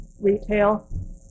retail